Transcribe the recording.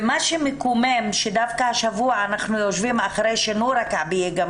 ומה שמקומם שדווקא השבוע אנחנו יושבים אחרי שנורה כעבייה גם